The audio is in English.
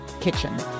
kitchen